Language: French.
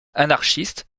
anarchiste